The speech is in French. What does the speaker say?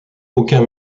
aucun